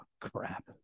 crap